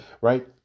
right